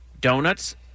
Donuts